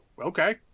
okay